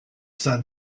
sun